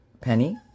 penny